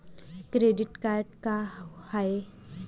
Credit card का हाय?